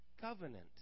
covenant